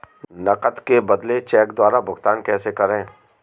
नकद के बदले चेक द्वारा भुगतान कैसे करें?